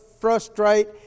frustrate